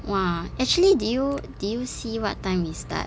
!wah! actually do you do you see what time we start